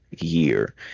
year